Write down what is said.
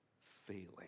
failing